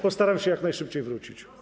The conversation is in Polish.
Postaram się jak najszybciej wrócić.